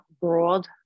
broad